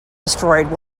destroyed